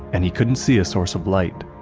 and he couldn't see a source of light.